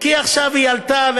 עכשיו היא עלתה,